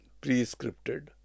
pre-scripted